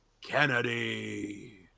Kennedy